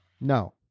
No